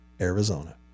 Arizona